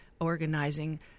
organizing